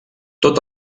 tot